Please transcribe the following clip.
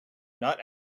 not